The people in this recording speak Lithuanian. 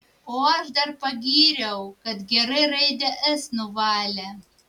o aš dar pagyriau kad gerai raidę s nuvalė